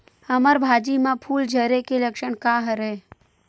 हमर भाजी म फूल झारे के लक्षण का हरय?